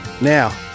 Now